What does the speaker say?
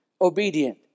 obedient